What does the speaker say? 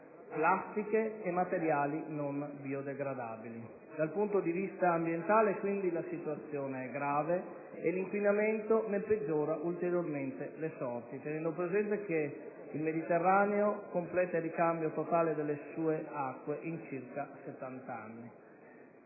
plastiche e materiali non biodegradabili. Dal punto di vista ambientale, quindi, la situazione è grave e l'inquinamento ne peggiora ulteriormente le sorti, tenendo presente che il Mediterraneo completa il ricambio totale delle sue acque in circa settant'anni.